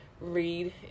read